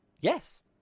yes